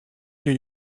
new